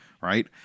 right